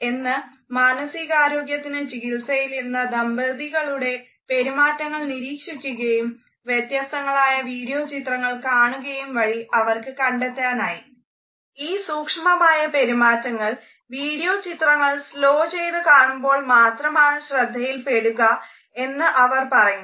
S ഐസാക്സ് ചെയ്തു കാണുമ്പോൾ മാത്രമാണ് ശ്രദ്ധയിൽ പെടുകയെന്ന് അവർ പറയുന്നു